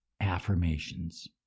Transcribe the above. affirmations